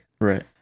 Right